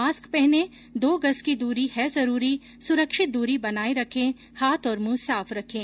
mask पहनें दो गज की दूरी है जरूरी सुरक्षित दूरी बनाए रखें हाथ और मुंह साफ रखें